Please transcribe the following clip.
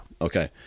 Okay